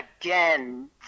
again